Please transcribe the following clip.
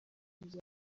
nzu